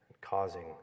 causing